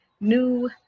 new